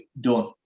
done